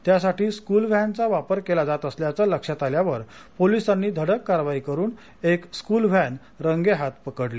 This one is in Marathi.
त्यासाठी स्कुल व्हॅनचा वापर केला जात असल्याचं लक्षात आल्यावर पोलिसांनी धडक कारवाई करून एक स्कुल व्हॅन रंगेहाथ पकडली